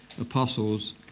apostles